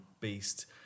beast